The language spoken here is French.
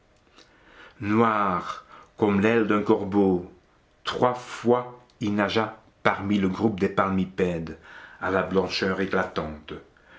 comme l'aile d'un corbeau trois fois il nagea parmi le groupe de palmipèdes à la blancheur éclatante